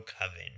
coven